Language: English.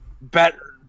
better